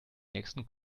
nächsten